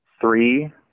Three